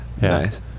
Nice